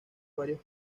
varios